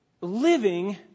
living